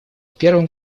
первым